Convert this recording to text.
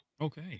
Okay